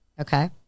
Okay